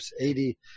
eighty